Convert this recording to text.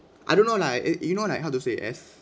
I don't know like eh you know like how to say as